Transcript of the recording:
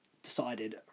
decided